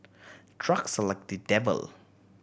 drugs are like the devil